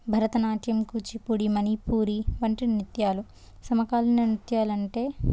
భరతనాట్యం కూచిపూడి మణిపూరి వంటి నృత్యాలు సమకాలిన నృత్యాలు అంటే